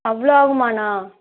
அவ்வளோ ஆகுமா அண்ணா